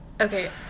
Okay